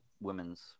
women's